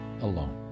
alone